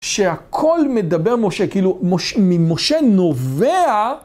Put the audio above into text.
שהכול מדבר משה, כאילו ממשה נובע.